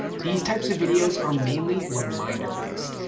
these types of videos are mainly reminder based,